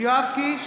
יואב קיש,